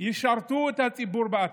ישרתו את הציבור בעתיד.